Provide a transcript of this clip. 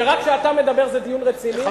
שרק כשאתה מדבר זה דיון רציני,